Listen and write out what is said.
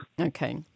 Okay